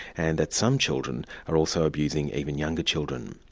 and that some children are also abusing even younger children.